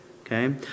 Okay